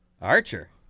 Archer